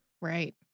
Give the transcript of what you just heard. Right